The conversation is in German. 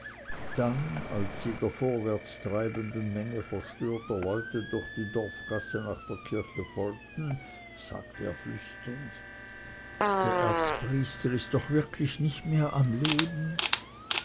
dann als sie der vorwärts treibenden menge verstörter leute durch die dorfgasse nach der kirche folgten fragte er flüsternd der erzpriester ist doch wirklich nicht mehr am leben